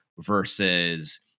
Versus